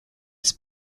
his